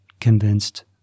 convinced